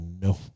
no